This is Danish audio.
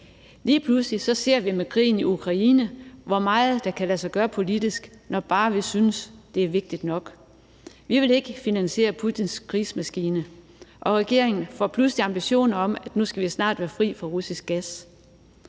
Lige pludselig ser vi med krigen i Ukraine, hvor meget der kan lade sig gøre politisk, når bare vi synes, det er vigtigt nok. Vi vil ikke finansiere Putins krigsmaskine, og regeringen får pludselig ambitioner om, at nu skal vi snart være fri for russisk gas.